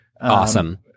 Awesome